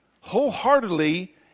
wholeheartedly